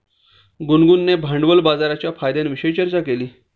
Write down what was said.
गुनगुनने भांडवल बाजाराच्या फायद्यांविषयी चर्चा केली